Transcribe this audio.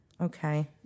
Okay